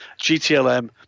GTLM